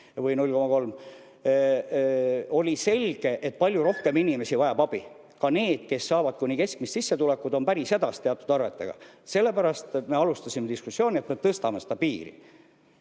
või 0,3 –, oli selge, et palju rohkem inimesi vajab abi. Ka need, kes saavad kuni keskmist sissetulekut, on päris hädas teatud arvetega. Sellepärast me alustasime diskussiooni, et tõstame seda piiri.